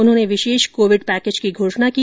उन्होंने विशेष Covid package की घोषणा की